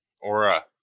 aura